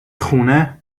خونه